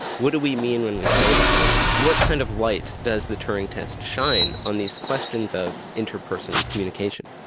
what do we mean when we say that, and what kind of light does the turing test shine on these questions of interpersonal communication.